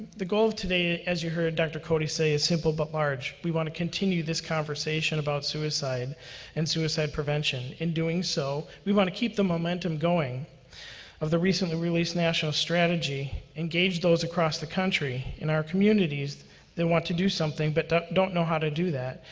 the goal of today, as you heard dr. cody say, is simple but large we want to continue this conversation about suicide and suicide prevention. in doing so, we want to keep the momentum going of the recently released strategy, engage those across the country in our communities that want to do something, but that don't know how to do that.